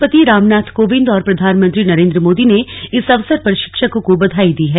राष्ट्रपति रामनाथ कोविंद और प्रधानमंत्री नरेंद्र मोदी ने इस अवसर पर शिक्षकों को बधाई दी है